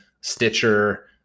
stitcher